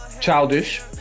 Childish